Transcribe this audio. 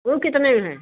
वो कितने में है